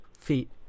feet